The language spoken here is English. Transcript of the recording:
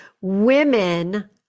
women